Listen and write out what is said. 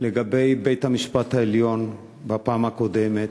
לגבי בית-המשפט העליון בפעם הקודמת,